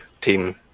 Team